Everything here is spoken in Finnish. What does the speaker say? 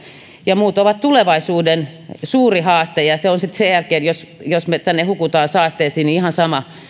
ja muut ovat tulevaisuuden suuri haaste se on sitten sen jälkeen jos me tänne hukumme saasteisiin ihan sama